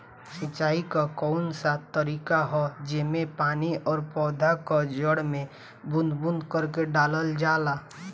सिंचाई क कउन सा तरीका ह जेम्मे पानी और पौधा क जड़ में बूंद बूंद करके डालल जाला?